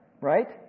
Right